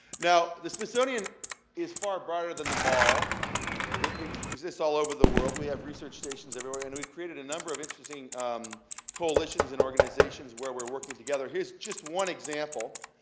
now, the smithsonian is far brighter than the mall it it exists all over the world. we have research stations everywhere, and we've created a number of interesting coalitions and organizations where we're working together. here's just one example,